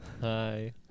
Hi